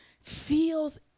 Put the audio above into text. feels